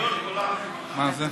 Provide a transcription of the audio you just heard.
מה זה?